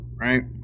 right